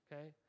okay